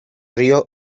río